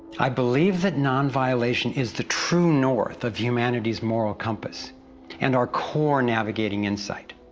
i believe that non-violation is the true north of humanity's moral compass and our core navigating insight.